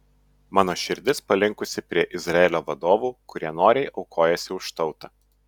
mano širdis palinkusi prie izraelio vadovų kurie noriai aukojasi už tautą